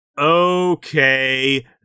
okay